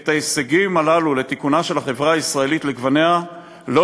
את ההישגים הללו לתיקונה של החברה הישראלית לגווניה לא